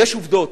יש עובדות,